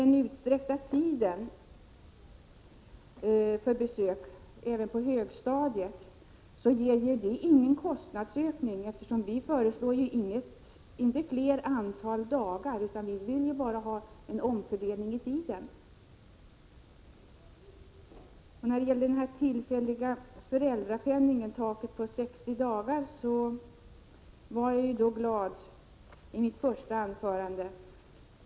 En utsträckning av tiden för besök även på högstadiet medför ingen kostnadsökning. Vi föreslår inte ett ökat antal dagar utan bara en omfördelning i tiden. När det gäller taket på 60 dagar för den tillfälliga föräldrapenningen uttryckte jag glädje i mitt första anförande.